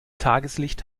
tageslicht